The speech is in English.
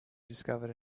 discovered